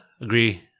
agree